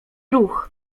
ruch